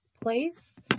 place